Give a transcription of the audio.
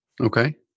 Okay